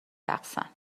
رقصن